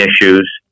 issues